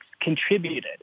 contributed